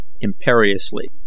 imperiously